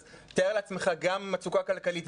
אז תאר לעצמך גם מצוקה כלכלית,